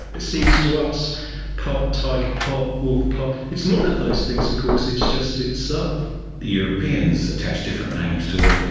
it seems to us part tiger, part wolf, part, it's none of those things, course it's just itself. the europeans attached different names to it you